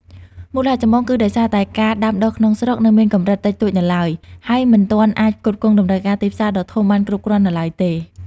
មូលហេតុចម្បងគឺដោយសារតែការដាំដុះក្នុងស្រុកនៅមានកម្រិតតិចតួចនៅឡើយ ហើយមិនទាន់អាចផ្គត់ផ្គង់តម្រូវការទីផ្សារដ៏ធំបានគ្រប់គ្រាន់នៅឡើយទេ។